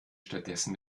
stattdessen